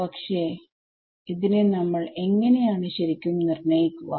പക്ഷെ ഇതിനെ നമ്മൾ എങ്ങനെയാണ് ശരിക്കും നിർണ്ണയിക്കുക